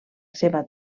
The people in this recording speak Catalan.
seva